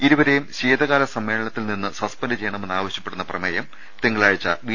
ഇരുവരെയും ശീതകാല സമ്മേളനത്തിൽ നിന്ന് സസ്പെന്റ് ചെയ്യണമെന്ന് ആവശ്യപ്പെടുന്ന പ്രമേയം തിങ്കളാഴ്ച ബി